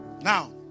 Now